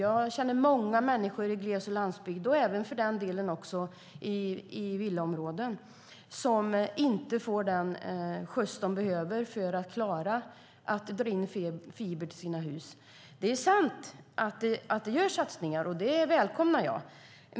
Jag känner många människor i gles och landsbygd, och för den delen också i villaområden, som inte får den skjuts de behöver för att kunna dra in fiber till sina hus. Det är sant att det görs satsningar, och det välkomnar jag.